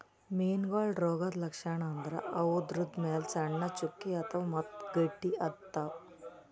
ಮೀನಾಗೋಳ್ ರೋಗದ್ ಲಕ್ಷಣ್ ಅಂದ್ರ ಅವುದ್ರ್ ಮ್ಯಾಲ್ ಸಣ್ಣ್ ಚುಕ್ಕಿ ಆತವ್ ಮತ್ತ್ ಗಡ್ಡಿ ಆತವ್